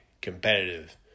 competitive